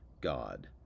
God